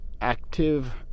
active